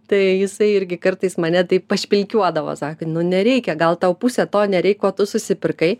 tai jisai irgi kartais mane taip pašpilkiuodavo sako nu nereikia gal tau pusę to nereik o tu susipirkai